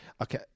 okay